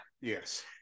Yes